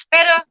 Pero